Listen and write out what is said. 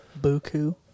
Buku